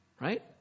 Right